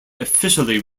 officially